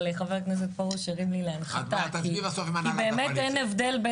אבל חבר הכנסת פרוש הרים לי להנחתה כי באמת אין הבדל.